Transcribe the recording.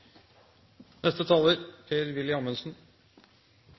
Neste taler